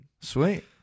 Sweet